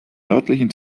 nördlichen